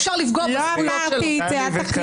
אפשר לפגוע בזכויות שלו.